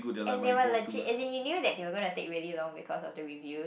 and they were legit as in you knew that they were gonna take really long because of the reviews